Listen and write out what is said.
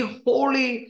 holy